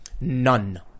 None